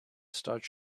starts